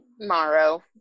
tomorrow